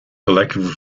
collectively